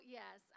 yes